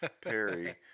Perry